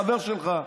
חבר שלך,